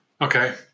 Okay